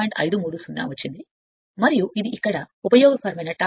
53 వచ్చింది మరియు ఇది ఇక్కడ ఉపయోగకరమైన టార్క్